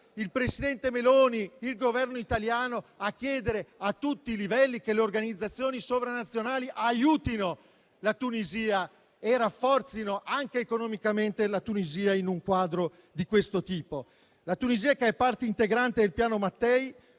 il presidente Meloni ed il Governo italiano a chiedere a tutti i livelli che le organizzazioni sovranazionali aiutino la Tunisia e la rafforzino anche economicamente in un quadro di questo tipo, dato che è parte integrante del piano Mattei,